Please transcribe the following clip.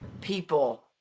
people